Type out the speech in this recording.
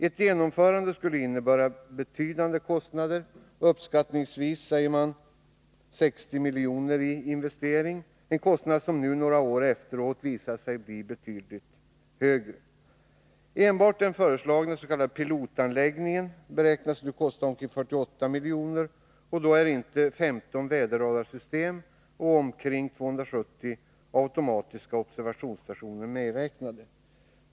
Ett genomförande skulle innebära betydande kostnader — uppskattningsvis 60 miljoner i investering, sade man. Det var en kostnad som nu några år efteråt visar sig bli betydligt högre. Enbart den föreslagna s.k. pilotanläggningen beräknas nu kosta omkring 48 milj.kr., och då är inte 15 väderradarsystem och omkring 270 automatiska observationsstationer medräknade.